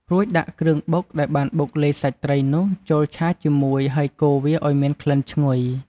រួចដាក់គ្រឿងបុកដែលបានបុកលាយសាច់ត្រីនោះ ចូលឆាជាមួយហើយកូរវាឲ្យមានក្លិនឈ្ងុយ។